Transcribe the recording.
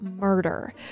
murder